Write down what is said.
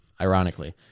ironically